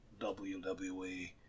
WWE